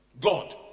God